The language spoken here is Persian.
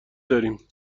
داریم